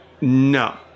No